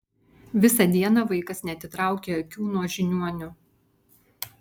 visą dieną vaikas neatitraukė akių nuo žiniuonio